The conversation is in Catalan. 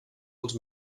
els